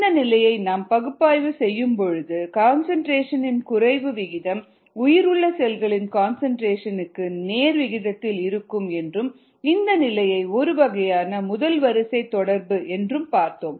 இந்த நிலையை நாம் பகுப்பாய்வு செய்யும் பொழுது கன்சன்ட்ரேஷன் இன் குறைவு விகிதம் உயிருள்ள செல்களின் கன்சன்ட்ரேஷன் இருக்கு நேர் விகிதத்தில் இருக்கும் என்றும் இந்த நிலையை ஒரு வகையான முதல் வரிசை தொடர்பு என்றும் பார்த்தோம்